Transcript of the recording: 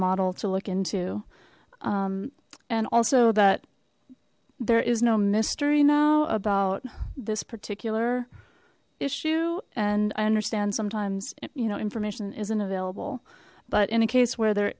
model to look into and also that there is no mystery now about this particular issue and i understand sometimes you know information isn't available but in a case where there